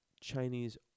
Chinese